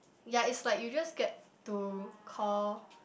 ya it's like you just get to call